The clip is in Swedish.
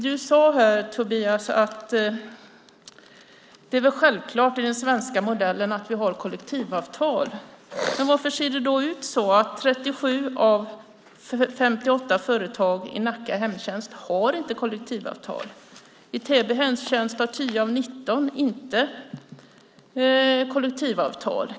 Du sade här, Tobias, att det väl är självklart att vi i den svenska modellen har kollektivavtal. Men varför ser det då ut så att 37 av 58 företag i Nacka hemtjänst inte har kollektivavtal? I Täby hemtjänst är det 10 av 19 som inte har kollektivavtal.